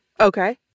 okay